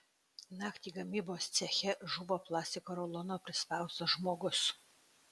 naktį gamybos ceche žuvo plastiko rulono prispaustas žmogus